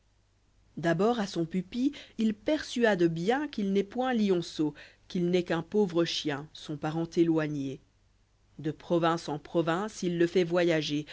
d'abord à son pupille il persuade bien qu'il n'est point lionceau qu'il n'est qu'un pauvre chien son parent éloigné de prpvince en province il le fait voyager